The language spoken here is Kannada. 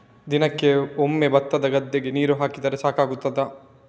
ದಿನಕ್ಕೆ ಒಮ್ಮೆ ಭತ್ತದ ಗದ್ದೆಗೆ ನೀರು ಹಾಕಿದ್ರೆ ಸಾಕಾಗ್ತದ?